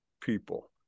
people